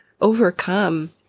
overcome